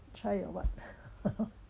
try or what